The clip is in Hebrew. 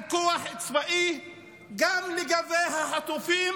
על כוח צבאי, גם לגבי החטופים,